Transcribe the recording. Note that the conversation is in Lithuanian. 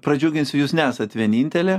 pradžiuginsiu jūs nesat vienintelė